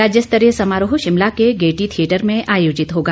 राज्य स्तरीय समारोह शिमला के गेयटी थियेटर में आयोजित होगा